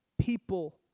people